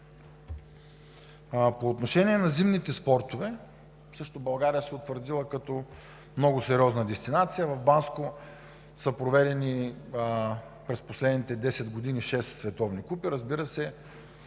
По отношение на зимните спортове, България също се е утвърдила като много сериозна дестинация. В Банско са проведени през последните 10 години шест световни купи. Разбира се,